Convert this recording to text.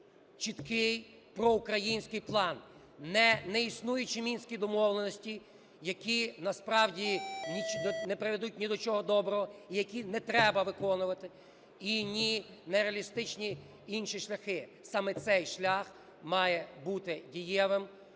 чіткий проукраїнський план, ні неіснуючі Мінські домовленості, які насправді не приведуть ні до чого доброго і які не треба виконувати, і ні нереалістичні інші шляхи. Саме цей шлях має бути дієвим